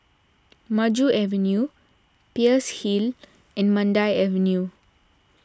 Maju Avenue Peirce Hill and Mandai Avenue